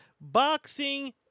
boxing